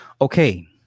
Okay